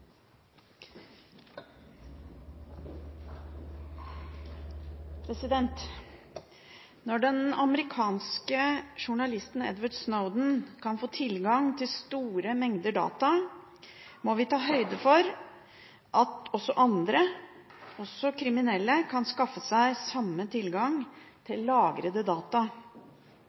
også, når det er enighet blant arbeidstakerne. «Når den amerikanske journalisten Edward Snowden kan få tilgang til store mengder data, må vi ta høyde for at også andre, også kriminelle, kan skaffe seg samme tilgang til lagret data.